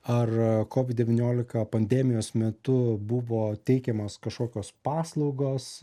ar kovid devyniolika pandemijos metu buvo teikiamos kažkokios paslaugos